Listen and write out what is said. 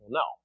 no